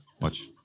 Watch